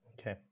Okay